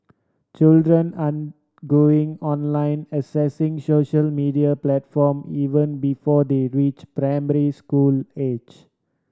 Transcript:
children an going online accessing social media platform even before they reach primary school age